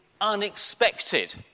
unexpected